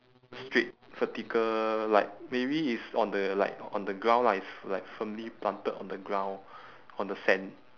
straight vertical like maybe it's on the like on the ground lah it's like firmly planted on the ground on the sand